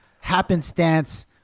happenstance